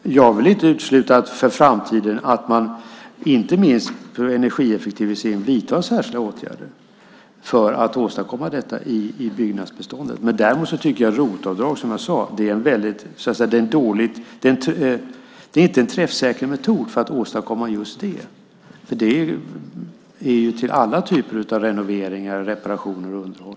Jag vill inte utesluta att man vidtar särskilda åtgärder, inte minst när det gäller energieffektiviseringar, i framtiden för att åstadkomma detta i byggnadsbeståndet. Däremot tycker jag inte att ROT-avdrag är en träffsäker metod för att åstadkomma just det. Det går ju till alla typer av renoveringar, reparationer och underhåll.